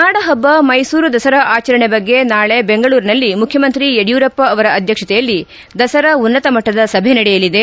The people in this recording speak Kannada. ನಾಡಪಬ್ಲ ಮೈಸೂರು ದಸರಾ ಆಚರಣೆ ಬಗ್ಗೆ ನಾಳೆ ಬೆಂಗಳೂರಿನಲ್ಲಿ ಮುಖ್ಯಮಂತ್ರಿ ಯಡಿಯೂರಪ್ಪ ಅವರ ಅಧ್ಯಕ್ಷತೆಯಲ್ಲಿ ದಸರಾ ಉನ್ನತ ಮಟ್ನದ ಸಭೆ ನಡೆಯಲಿದೆ